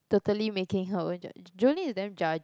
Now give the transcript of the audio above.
totally making her own judge~ Jolene is damn judgey